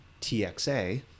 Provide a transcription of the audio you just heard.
TXA